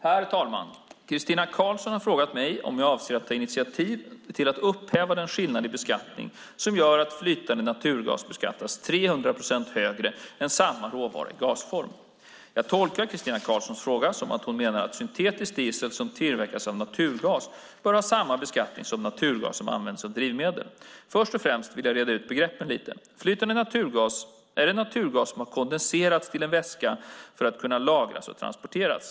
Herr talman! Christina Karlsson har frågat mig om jag avser att ta initiativ till att upphäva den skillnad i beskattning som gör att flytande naturgas beskattas 300 procent högre än samma råvara i gasform. Jag tolkar Christina Karlssons fråga som att hon menar att syntetisk diesel som tillverkats av naturgas bör ha samma beskattning som naturgas som används som drivmedel. Först och främst vill jag reda ut begreppen lite. Flytande naturgas är en naturgas som har kondenserats till vätska för att kunna lagras och transporteras.